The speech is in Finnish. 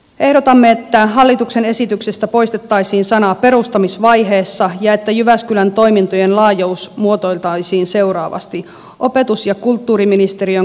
ehdotamme että hallituksen esityksestä poistettaisiin sana perustamisvaiheessa ja että jyväskylän toimintojen laajuus muotoiltaisiin seuraavasti opetus ja kulttuuriministeriön